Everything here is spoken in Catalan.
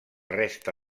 resta